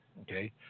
Okay